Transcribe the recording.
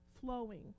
flowing